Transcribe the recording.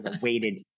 weighted